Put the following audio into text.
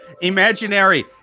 imaginary